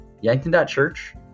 yankton.church